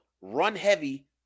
run-heavy